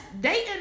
dating